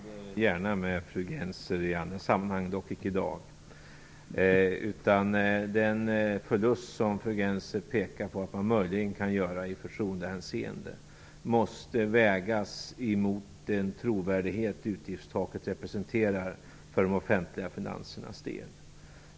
Herr talman! Jag håller gärna med fru Gennser i andra sammanhang, dock icke i detta. Den förlust som fru Gennser pekar på att man möjligen kan göra i förtroendehänseende måste vägas emot den trovärdighet som utgiftstaket representerar för de offentliga finansernas del.